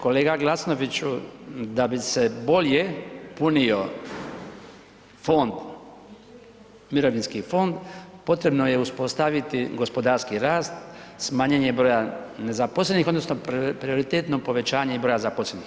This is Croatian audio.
Kolega Glasnoviću, da bi se bolje punio fond, mirovinski fond, potrebno je uspostaviti gospodarski rast, smanjenje broja nezaposlenih odnosno prioritetno povećanje i broja zaposlenih.